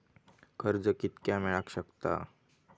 कर्ज कितक्या मेलाक शकता?